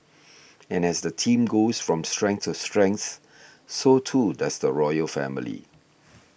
and as the team goes from strength to strength so too does the royal family